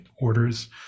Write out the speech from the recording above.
orders